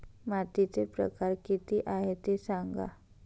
मातीचे प्रकार किती आहे ते सांगा